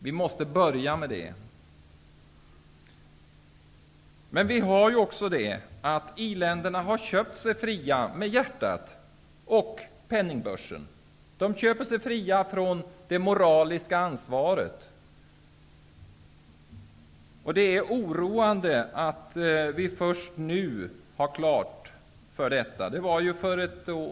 Vi måste börja med det. I-länderna har köpt sig fria med hjärtat och med penningbörsen. De har köpt sig fria från det moraliska ansvaret. Det är oroande att vi först nu har fått detta klart för oss.